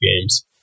games